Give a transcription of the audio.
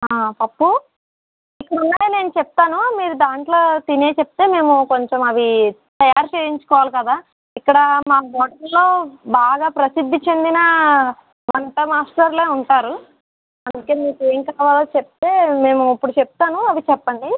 పప్పు ఇక్కడ ఉన్నవి నేను చెప్తాను మీరు దాంట్లో తినేవి చెప్తే మేము కొంచెం అవి తయారు చేయించుకోవాలి కదా ఇక్కడ మా హోటల్లో బాగా ప్రసిద్ధి చెందిన వంట మాస్టర్లే ఉంటారు అందుకే మీకేం కావాలో చెప్తే మేము ఇప్పుడు చెప్తాను అవి చెప్పండి